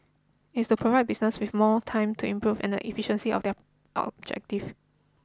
is to provide business with more time to improve and efficiency of their objective